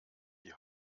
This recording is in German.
die